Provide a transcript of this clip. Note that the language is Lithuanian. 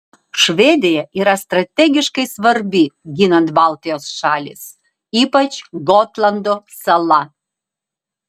švedija yra strategiškai svarbi ginant baltijos šalis ypač gotlando sala